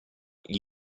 gli